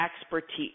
expertise